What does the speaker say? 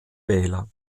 wähler